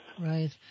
Right